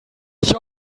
sich